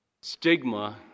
stigma